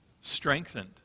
strengthened